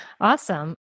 Awesome